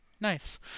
Nice